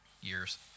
years